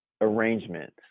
arrangements